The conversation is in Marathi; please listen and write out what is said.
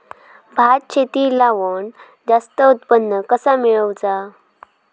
भात शेती लावण जास्त उत्पन्न कसा मेळवचा?